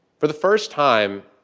for the first time,